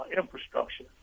infrastructure